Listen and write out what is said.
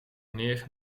neer